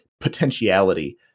potentiality